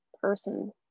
person